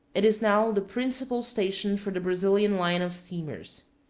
it is now the principal station for the brazilian line of steamers.